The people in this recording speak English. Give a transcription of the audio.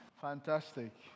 Fantastic